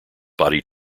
body